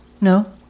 No